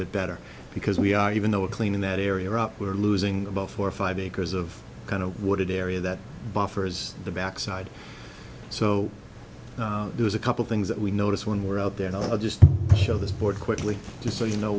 bit better because we are even though a clean in that area up we're losing about four or five acres of kind of wooded area that buffers the back side so there's a couple things that we notice when we're out there and i'll just show this board quickly just so you know